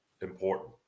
important